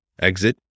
exit